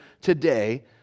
today